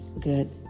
good